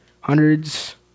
hundreds